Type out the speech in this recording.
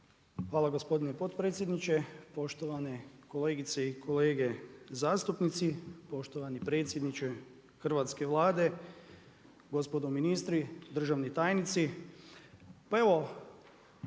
Hvala gospodine potpredsjedniče, poštovane kolegice i kolege zastupnici, poštovani predsjedniče hrvatske Vlade, gospodo ministri, državni tajnici. Pa evo,